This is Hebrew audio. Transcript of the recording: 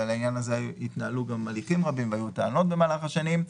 ולעניין הזה התנהלו גם הליכים רבים והיו טענות במהלך השנים,